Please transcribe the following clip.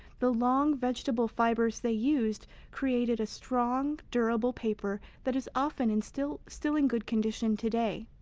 the long vegetable fibers they used created a strong, durable paper that is often and still still in good condition today.